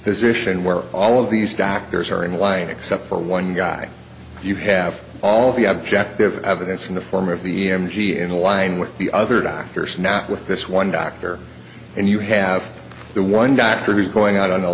position where all of these doctors are in line except for one guy you have all the objective evidence in the form of the e m t in line with the other doctors not with this one doctor and you have the one doctor who's going out on a